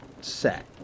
set